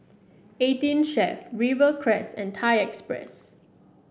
Eighteen Chef Rivercrest and Thai Express